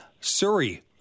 Surrey